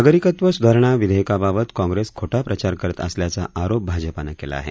नागरिकत्व स्धारणा विधेयकाबाबत काँग्रेस खोटा प्रचार करत असल्याचा आरोप भाजपानं केला आहे